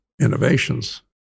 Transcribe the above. innovations